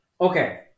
okay